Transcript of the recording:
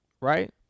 Right